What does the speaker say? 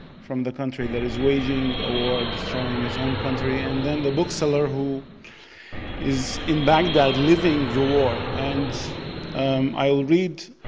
from the country that is waging a war, destroying his home country and then the bookseller who is in baghdad living the war. and i'll read,